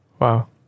Wow